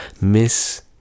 miss